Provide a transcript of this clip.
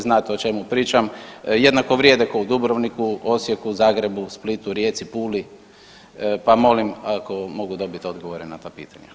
Znate o čemu pričam, jednako vrijede kao u Duborvniku, Osijeku, Zagrebu, Splitu, Rijeci, Puli, pa molim ako mogu dobiti odgovore na ta pitanja.